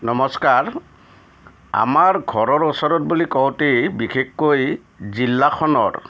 নমস্কাৰ আমাৰ ঘৰৰ ওচৰত বুলি কওঁতেই বিশেষকৈ জিলাখনৰ